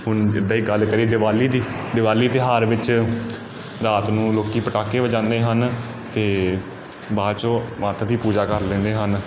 ਹੁਣ ਜਿੱਦਾਂ ਹੀ ਗੱਲ ਕਰੀ ਦਿਵਾਲੀ ਦੀ ਦਿਵਾਲੀ ਤਿਉਹਾਰ ਵਿੱਚ ਰਾਤ ਨੂੰ ਲੋਕ ਪਟਾਕੇ ਵਜਾਉਂਦੇ ਹਨ ਅਤੇ ਬਾਅਦ 'ਚੋਂ ਮਾਤਾ ਦੀ ਪੂਜਾ ਕਰ ਲੈਂਦੇ ਹਨ